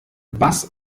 bass